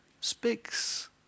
speaks